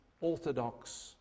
Orthodox